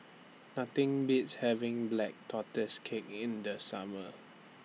Nothing Beats having Black Tortoise Cake in The Summer